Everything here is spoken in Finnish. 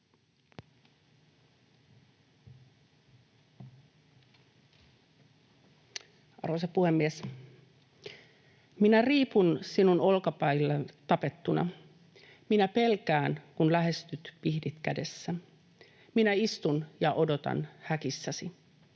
Arvoisa puhemies! ”Minä riipun sinun olkapäilläsi tapettuna. Minä pelkään kun lähestyt pihdit kädessä. Minä istun ja odotan sinun häkissäsi.